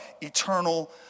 Eternal